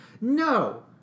no